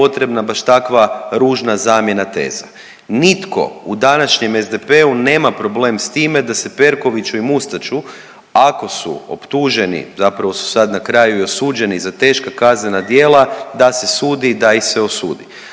da nije potrebna baš takva ružna zamjena teza. Nitko u današnjem SDP-u nema problem s time da se Perkoviću i Mustaču ako su optuženi, zapravo su sad na kraju i osuđeni za teška kaznena djela, da se sudi i da ih se osudi.